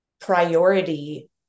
priority